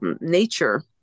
nature